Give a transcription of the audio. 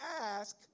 ask